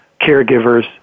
caregivers